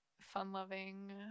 fun-loving